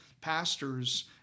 pastors